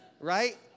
Right